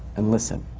and listen.